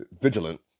vigilant